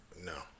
no